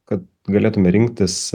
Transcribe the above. kad galėtume rinktis